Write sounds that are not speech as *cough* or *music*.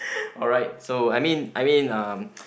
*breath* alright so I mean I mean uh